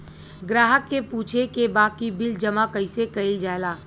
ग्राहक के पूछे के बा की बिल जमा कैसे कईल जाला?